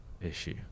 issue